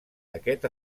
aquest